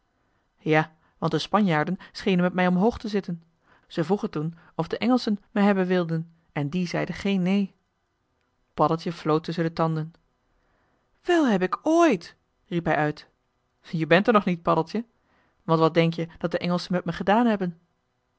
ja want de spanjaarden schenen met mij omhoog te zitten ze vroegen toen of de engelschen me hebben wilden en die zeiden geen neen paddeltje floot tusschen de tanden wel heb ik ooit riep hij uit je bent er nog niet paddeltje want wat denk-je dat de engelschen met me gedaan hebben